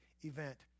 event